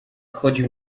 chodził